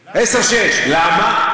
6:10. למה?